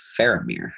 Faramir